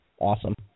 awesome